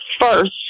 first